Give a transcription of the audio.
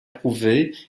prouver